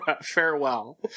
farewell